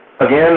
again